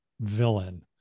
villain